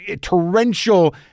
torrential